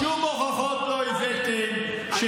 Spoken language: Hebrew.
שום הוכחות לא הבאתם.